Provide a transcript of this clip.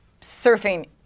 surfing